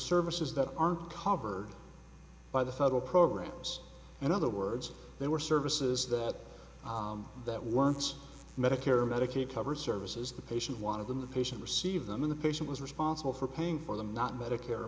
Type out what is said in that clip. services that aren't covered by the federal programs and other words they were services that that once medicare medicaid cover services the patient one of them the patient received them in the patient was responsible for paying for them not medicare